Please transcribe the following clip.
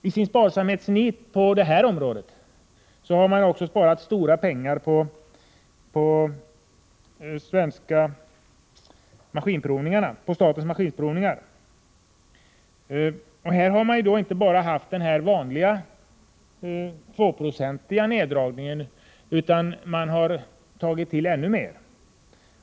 I sitt sparnit på detta område har regeringen också velat spara stora pengar på statens maskinprovningar. Här har man inte bara gjort den vanliga tvåprocentiga neddragningen, utan man har tagit till ännu mer.